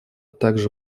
также